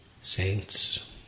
saints